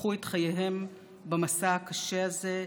קיפחו את חייהם במסע הקשה הזה,